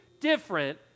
different